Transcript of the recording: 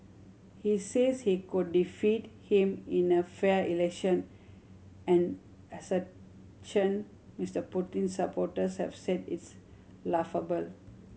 he says he could defeat him in a fair election an assertion Mister Putin's supporters have said its laughable